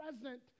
present